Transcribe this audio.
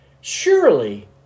Surely